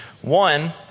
One